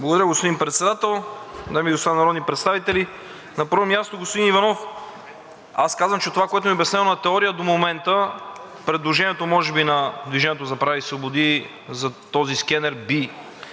Благодаря, господин Председател. Дами и господа народни представители! На първо място, господин Иванов, аз казвам, че това, което им е обяснено на теория до момента, предложението може би на „Движение за права и свободи“ за този скенер би